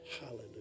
Hallelujah